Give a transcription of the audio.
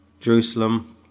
Jerusalem